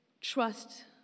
Trust